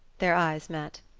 their eyes met.